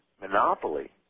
monopoly